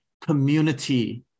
community